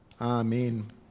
Amen